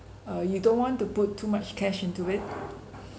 uh you don't want to put too much cash into it